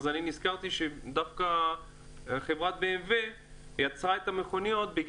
נזכרתי שדווקא חברת BMW התחילה לייצר תעשייה של מכוניות כי